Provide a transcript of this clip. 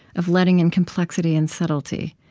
of letting in complexity and subtlety